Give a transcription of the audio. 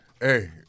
Hey